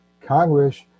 Congress